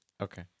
Okay